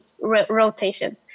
rotation